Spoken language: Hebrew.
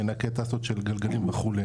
מנקה טסות של גלגלים וכו'.